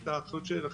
את האחריות של רח"ל,